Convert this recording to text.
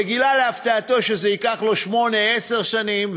וגילה להפתעתו שזה ייקח לו שמונה או עשר שנים,